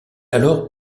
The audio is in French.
alors